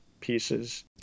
pieces